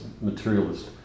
materialist